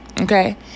Okay